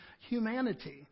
humanity